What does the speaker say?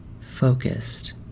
focused